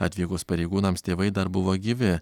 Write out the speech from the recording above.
atvykus pareigūnams tėvai dar buvo gyvi